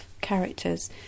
characters